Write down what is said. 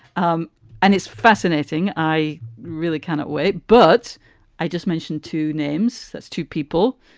um and it's fascinating. i really cannot wait. but i just mentioned two names. that's two people.